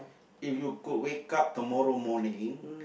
if you could wake up tomorrow morning